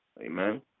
amen